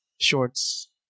shorts